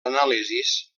anàlisis